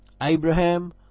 Abraham